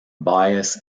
bias